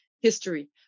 history